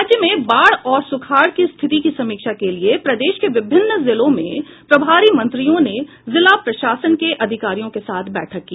राज्य में बाढ़ और सूखाड़ की स्थिति की समीक्षा के लिए प्रदेश के विभिन्न जिलों में प्रभारी मंत्रियों ने जिला प्रशासन के अधिकारियों के साथ बैठक की